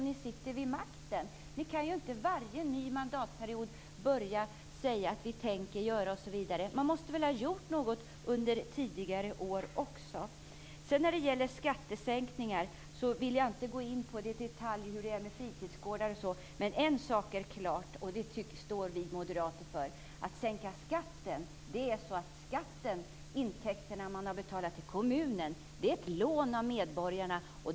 Ni kan inte varje ny mandatperiod säga att ni tänker göra något osv. Ni måste väl ha gjort något tidigare år också? Sedan var det frågan om skattesänkningar. Jag vill inte gå in i detalj om fritidsgårdar osv. Men en sak är klart - och det står vi moderater för - nämligen att skatteintäkterna till kommunen är ett lån från medborgarna.